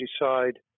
decide